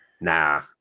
Nah